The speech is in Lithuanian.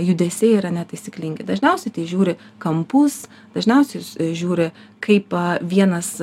judesiai yra netaisyklingi dažniausiai tai žiūri kampus dažniausiai žiūri kaip vienas